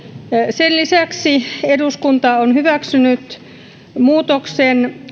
sen lisäksi eduskunta on hyväksynyt muutoksen